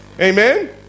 Amen